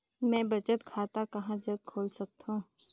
मैं बचत खाता कहां जग खोल सकत हों?